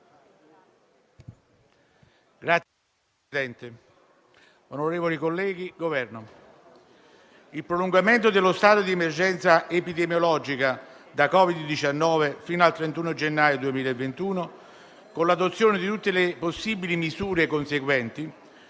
rappresentante del Governo, il prolungamento dello stato di emergenza epidemiologica da Covid 19 fino al 31 gennaio 2021, con l'adozione di tutte le possibili misure conseguenti